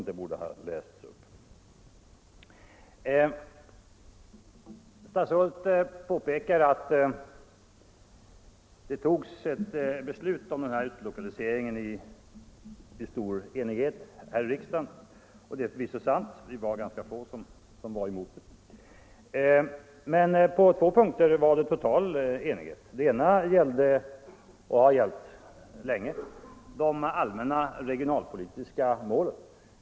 — Om omplaceringen Statsrådet påpekar att beslutet om utlokaliseringen fattades under stor — av statsanställd som enighet här i riksdagen. Det är förvisso sant; det var ganska få som = ej önskar medfölja gick emot det. Men på två punkter var enigheten total. Den ena gällde = vid verksutflyttning, de allmänna regionalpolitiska målen.